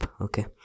Okay